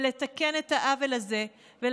רבות מהן נאלצות לעבור הליכים תכנוניים שנמשכים כבר קרוב